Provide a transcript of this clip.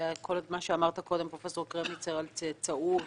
כולל מה שאמר קודם פרופסור קרמניצר על צאצאות,